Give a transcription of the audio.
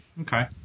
Okay